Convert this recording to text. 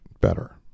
better